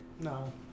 No